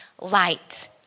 light